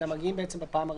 אלא מגיעים בפעם הראשונה.